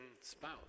spouse